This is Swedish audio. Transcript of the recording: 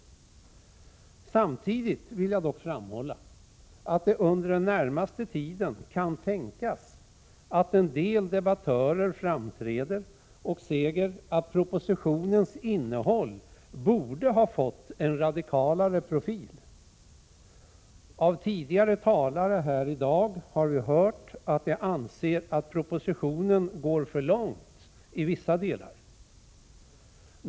Samtidigt vill jag dock framhålla att det under den närmaste tiden kan tänkas att en del debattörer framträder och säger att propositionens innehåll borde ha fått en radikalare profil. Av tidigare talare häri dag har vi hört att de anser att propositionen går för långt i vissa delar.